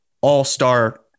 all-star